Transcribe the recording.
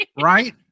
Right